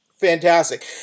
Fantastic